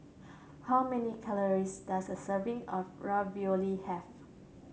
how many calories does a serving of Ravioli have